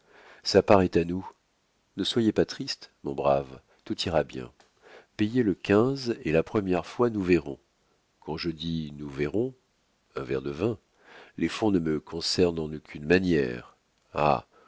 sa part est à nous ne soyez pas triste mon brave tout ira bien payez le quinze et la première fois nous verrons quand je dis nous verrons un verre de vin les fonds ne me concernent en aucune manière ah